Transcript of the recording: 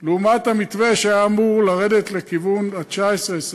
לעומת המתווה שבו היה המספר אמור לרדת לכיוון ה-19,000,